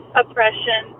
oppression